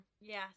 Yes